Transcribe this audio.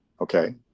Okay